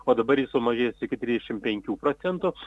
o dabar ji sumažės iki trosdešim procentų